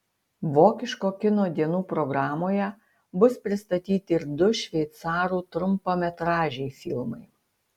vokiško kino dienų programoje bus pristatyti ir du šveicarų trumpametražiai filmai